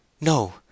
No